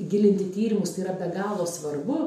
gilinti tyrimus tai yra be galo svarbu